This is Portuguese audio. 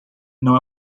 não